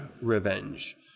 revenge